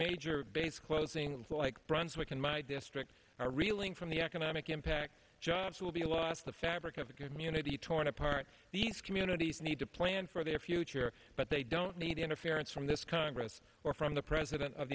major base closings like brunswick and my district are reeling from the economic impact jobs will be lost the fabric of the community torn apart these communities need to plan for their future but they don't need interference from this congress or from the president of